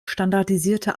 standardisierte